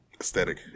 Aesthetic